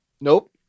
nope